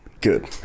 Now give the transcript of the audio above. Good